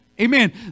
Amen